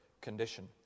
condition